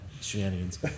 shenanigans